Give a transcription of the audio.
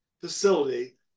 facility